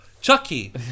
Chucky